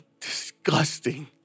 disgusting